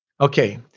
Okay